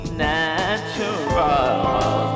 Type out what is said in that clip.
natural